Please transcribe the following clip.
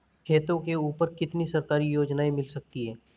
खेतों के ऊपर कितनी सरकारी योजनाएं मिल सकती हैं?